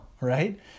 Right